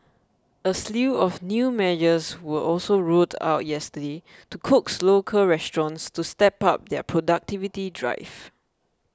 a slew of new measures were also rolled out yesterday to coax local restaurants to step up their productivity drive